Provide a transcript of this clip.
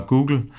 Google